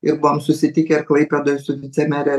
ir buvom susitikę klaipėdoj su vicemere